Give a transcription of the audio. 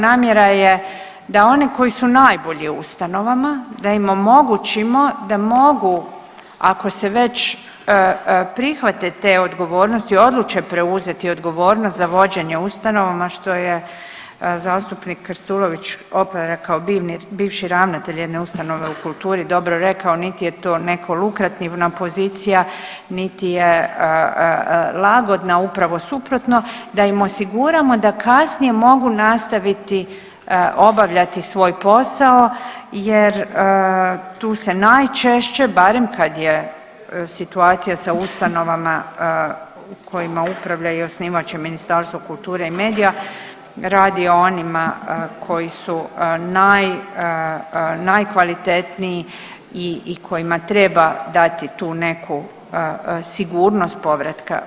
Namjera je da oni koji su najbolji u ustanovama da im omogućimo da mogu ako se već prihvate te odgovornosti i odluče preuzeti odgovornost za vođenje ustanovama, što je zastupnik Krstulović Opara rekao bivši ravnatelj jedne ustanove u kulturi dobro rekao, niti je to neka lukrativna pozicija niti je lagodna, upravo suprotno, da im osiguramo da kasnije mogu nastaviti obavljati svoj posao jer tu se najčešće, barem kad je situacija sa ustanovama kojima upravlja i osnivač i Ministarstvo kulture i medija radi o onima koji su najkvalitetniji i kojima treba dati tu neku sigurnost povratka.